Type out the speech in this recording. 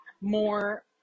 more